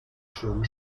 schönen